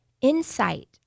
Insight